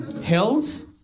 Hills